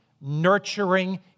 nurturing